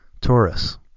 Taurus